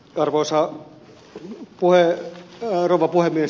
arvoisa rouva puhemies